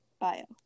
Bio